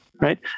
right